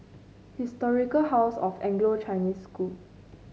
Historic House of Anglo Chinese School